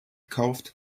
kauft